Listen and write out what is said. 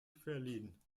verliehen